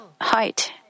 height